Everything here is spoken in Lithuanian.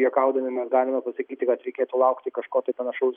juokaudami mes galime pasakyti kad reikėtų laukti kažko tai panašaus